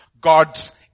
God's